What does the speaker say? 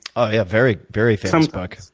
oh yeah. very, very famous book.